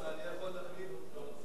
חברי